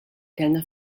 kellna